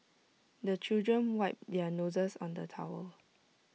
the children wipe their noses on the towel